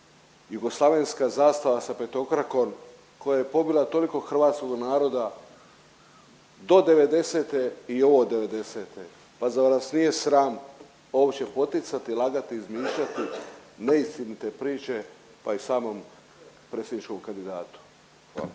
jugoslavenska zastava sa petokrakom koja je pobila toliko hrvatskog naroda do '90.-te i … od '90., pa zar vas nije sram uopće poticati, lagati, izmišljati neistinite priče pa i samom predsjedničkom kandidatu. Hvala.